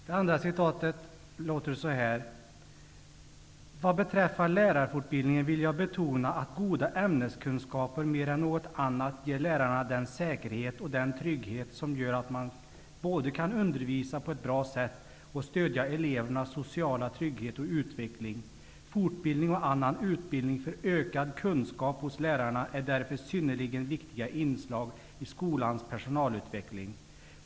Det andra citatet lyder: ''Vad beträffar lärarfortbildningen vill jag betona att goda ämneskunskaper mer än något annat ger lärarna den säkerhet och den trygghet som gör att man både kan undervisa på ett bra sätt och stödja elevernas sociala trygghet och utveckling. Fortbildning och annan utbildning för ökad kunskap hos lärarna är därför synnerligen viktiga inslag i skolans personalutveckling.